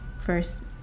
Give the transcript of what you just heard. first